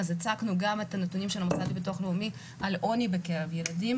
אז הצגנו גם את הנתונים של המוסד לביטוח לאומי על עוני בקרב ילדים.